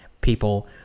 people